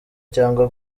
cyangwa